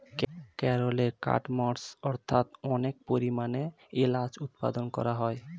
কেরলে কার্ডমমস্ অর্থাৎ অনেক পরিমাণে এলাচ উৎপাদন করা হয়